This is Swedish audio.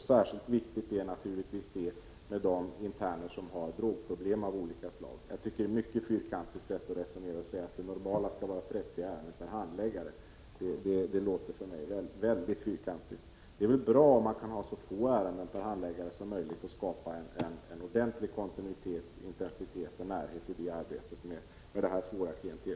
Särskilt viktigt är detta naturligtvis när det gäller interner som har drogproblem av olika slag. Jag tycker det är ett mycket fyrkantigt sätt att resonera att säga att det normala skall vara 30 ärenden per handläggare. Det är väl bara bra om man kan ha så få ärenden per handläggare som möjligt och skapa en ordentlig kontinuitet, intensitet och närhet i arbetet med detta svåra klientel!